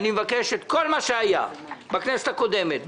אני מבקש את כל מה שהיה בכנסת הקודמת.